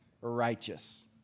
righteous